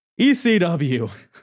ECW